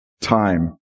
Time